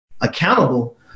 accountable